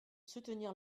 soutenir